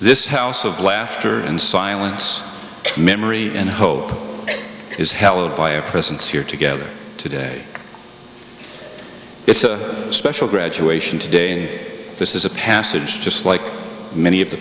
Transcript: this house of laughter and silence memory and hope is held by a presence here together today it's a special graduation today this is a passage just like many of the